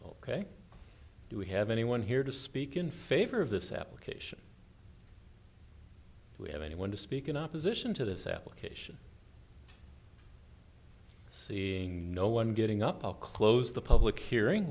will do we have anyone here to speak in favor of this application we have anyone to speak in opposition to this application seeing no one getting up close the public hearing